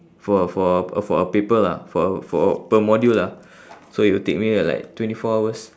for a for a uh for a paper lah for a for a per module lah so it will take me like twenty four hours